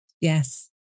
Yes